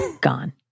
Gone